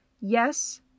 yes